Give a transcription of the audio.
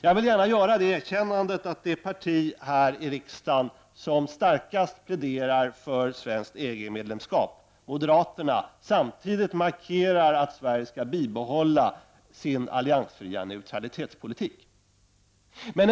Jag vill gärna göra det erkännandet att det parti här i riksdagen som starkast pläderar för svenskt EG medlemskap, moderaterna, samtidigt markerar att Sverige skall bibehålla sin alliansfria neutralitetspolitik.